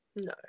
No